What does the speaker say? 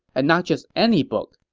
and not just any book.